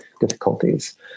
difficulties